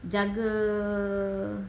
jaga